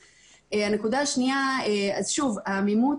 העמימות,